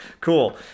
Cool